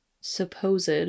supposed